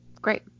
Great